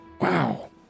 Wow